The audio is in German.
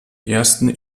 ersten